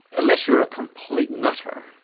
unless you're a complete nutter,